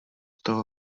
toho